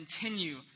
continue